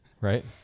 Right